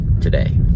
today